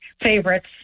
favorites